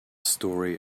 story